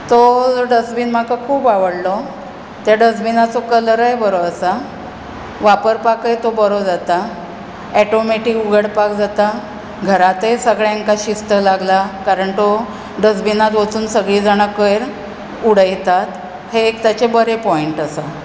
तो डस्टबीन म्हाका खूब आवडलो त्या डस्टबीनाचो कलरय बरो आसा वापरपाकय तो बरो जाता एटोमॅटीक उगडपाक जाता घरांतय सगळ्यांक शिस्त लागला कारण तो डस्टबीनांत वचून सगळीं जाणां कोयर उडयतात हें एक ताचें बरें पॉंयट आसा